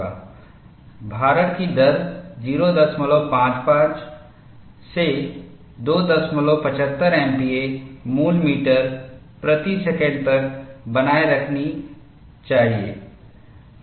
भारण की दर 055 से 275 एमपीए मूल मीटर प्रति सेकंड तक बनाए रखी जानी चाहिए